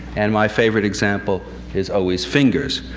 and my favorite example is always fingers.